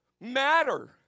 matter